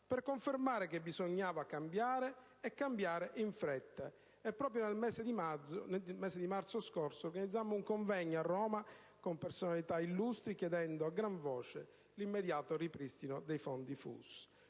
per confermare che bisognava cambiare e cambiare in fretta. Proprio nel mese di marzo scorso abbiamo organizzato un convegno a Roma con personalità illustri chiedendo a gran voce l'immediato ripristino dei fondi FUS.